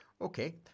Okay